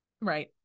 right